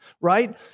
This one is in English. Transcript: Right